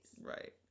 Right